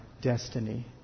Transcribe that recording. destiny